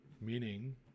meaning